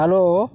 hello